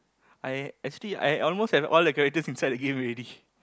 I actually I almost have all the characters inside the game already